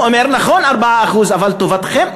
הוא אומר: נכון, 4%, אבל לטובתכם.